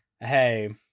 hey